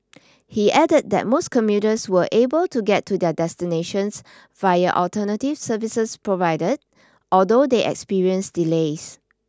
he added that most commuters were able to get to their destinations via alternative services provided although they experienced delays